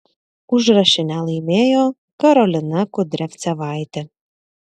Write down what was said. užrašinę laimėjo karolina kudriavcevaitė